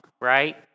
right